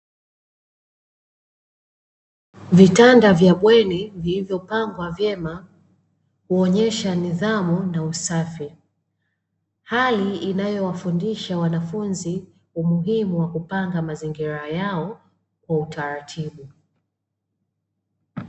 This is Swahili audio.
Vitanda vya bweni vilivyopangwa vema kuonyesha nidhamu na usafi, hali inayowafundisha wanafunzi umuhimu wa kupanga mazingira yao kwa utaratibu.